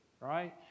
right